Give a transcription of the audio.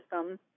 system